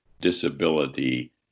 disability